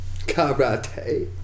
karate